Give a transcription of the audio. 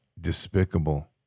despicable